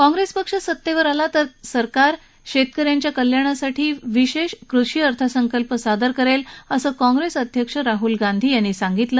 काँग्रेस पक्ष सत्तेवर आला तर त्यांचं सरकार शेतक यांच्या कल्याणासाठी विशेष कृषी अर्थसंकल्प सादर करेल असं काँग्रेस अध्यक्ष राहुल गांधी यांनी सांगितलं